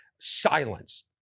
silence